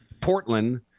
Portland